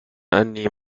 أني